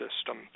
system